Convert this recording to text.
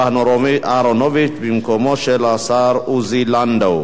יציג את הצעת החוק השר אהרונוביץ במקומו של השר עוזי לנדאו.